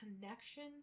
connection